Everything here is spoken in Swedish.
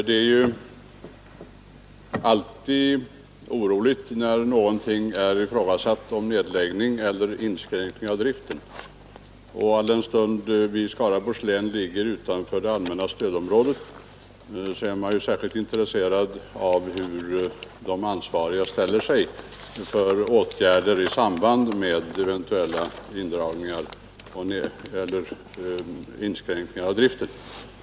Herr talman! Det förekommer ju alltid oro när en nedläggning av eller inskränkning i en verksamhet är ifrågasatt. Alldenstund Skaraborgs län ligger utanför det allmänna stödområdet är vi ju där särskilt intresserade av hur de ansvariga ställer sig till åtgärder i samband med eventuell inskränkning i driften.